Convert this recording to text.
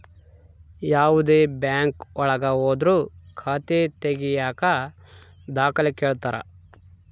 ಯಾವ್ದೇ ಬ್ಯಾಂಕ್ ಒಳಗ ಹೋದ್ರು ಖಾತೆ ತಾಗಿಯಕ ದಾಖಲೆ ಕೇಳ್ತಾರಾ